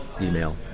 email